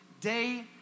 day